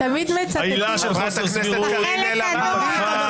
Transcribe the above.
הם תמיד מצטטים את החלק הנוח.